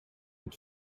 that